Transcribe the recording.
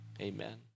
amen